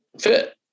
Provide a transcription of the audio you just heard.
fit